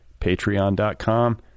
patreon.com